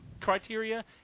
criteria